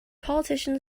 politician